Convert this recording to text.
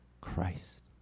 Christ